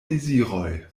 deziroj